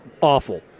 awful